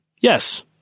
yes